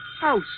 House